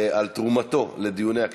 על תרומתו לדיוני הכנסת.